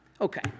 Okay